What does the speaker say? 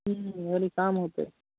घरी काम होते